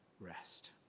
rest